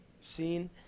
scene